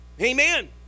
Amen